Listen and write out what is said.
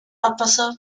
abwasser